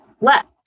left